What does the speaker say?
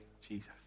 Jesus